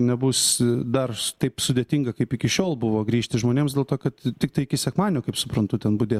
nebus dar taip sudėtinga kaip iki šiol buvo grįžti žmonėms dėl to kad tiktai iki sekmadienio kaip suprantu ten budės